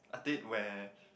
a date where